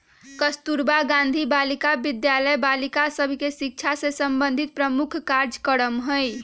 कस्तूरबा गांधी बालिका विद्यालय बालिका सभ के शिक्षा से संबंधित प्रमुख कार्जक्रम हइ